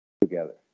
together